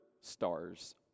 stars